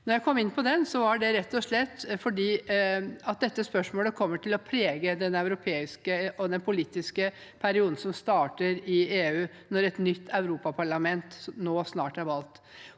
Da jeg kom inn på den, var det rett og slett fordi dette spørsmålet kommer til å prege Europa og den politiske perioden som starter i EU når et nytt europaparlament nå snart er valgt,